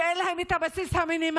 כשאין להם את הבסיס המינימלי.